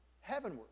heavenward